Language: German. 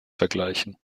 vergleichen